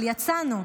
אבל יצאנו,